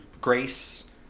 Grace